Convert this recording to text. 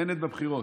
בנט בבחירות: